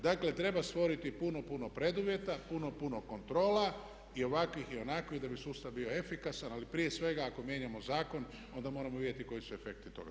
Dakle, treba stvoriti puno, puno preduvjeta, puno, puno kontrola i ovakvih i onakvih da bi sustav bio efikasna ali prije svega ako mijenjamo zakon onda moramo vidjeti koji su efekti toga zakona.